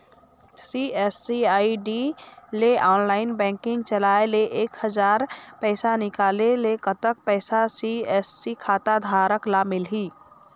CSC ID ले online banking चलाए ले एक हजार पैसा निकाले ले कतक पैसा सी.एस.सी खाता धारक ला मिलही?